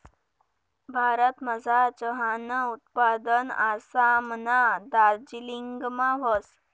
भारतमझार चहानं उत्पादन आसामना दार्जिलिंगमा व्हस